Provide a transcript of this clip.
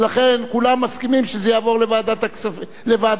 ולכן כולם מסכימים שזה יעבור לוועדת הכנסת.